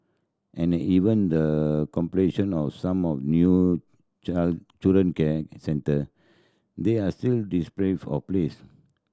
and even the completion of some of new child children can centre they are still of place